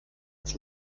ins